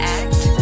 act